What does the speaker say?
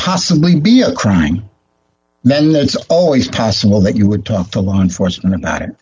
possibly be a crime then that's always possible that you would talk to law enforcement about it